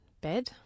bed